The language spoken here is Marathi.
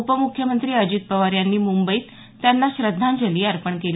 उपमुख्यमंत्री अजित पवार यांनी मुंबईत त्यांना श्रध्दांजली अर्पण केली